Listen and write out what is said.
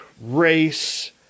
race